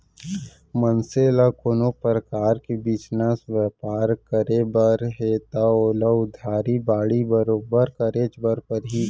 मनसे ल कोनो परकार के बिजनेस बयपार करे बर हे तव ओला उधारी बाड़ही बरोबर करेच बर परही